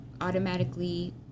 automatically